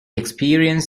experience